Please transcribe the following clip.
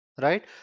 right